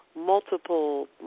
multiple